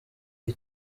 iyi